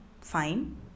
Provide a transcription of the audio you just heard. fine